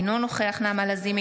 אינו נוכח נעמה לזימי,